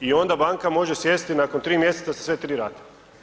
I onda banka može sjesti nakon 3 mj. za sve tri rate.